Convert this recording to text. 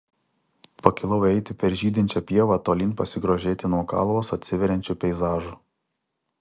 pakilau eiti per žydinčią pievą tolyn pasigrožėti nuo kalvos atsiveriančiu peizažu